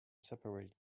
separate